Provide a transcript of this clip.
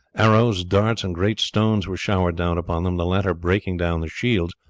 arrows, darts, and great stones were showered down upon them, the latter breaking down the shields,